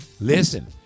listen